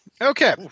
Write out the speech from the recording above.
Okay